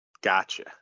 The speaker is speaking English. Gotcha